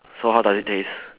s~ so how does it taste